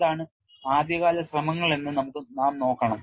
എന്താണ് ആദ്യകാല ശ്രമങ്ങൾ എന്ന് നാം നോക്കണം